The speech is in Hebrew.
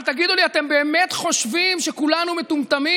אבל תגידו לי, אתם באמת חושבים שכולנו מטומטמים?